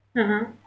(uh huh)